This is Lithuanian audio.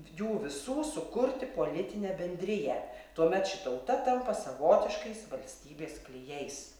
jų visų sukurti politinę bendriją tuomet ši tauta tampa savotiškais valstybės klijais